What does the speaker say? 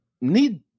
need